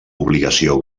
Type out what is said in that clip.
obligació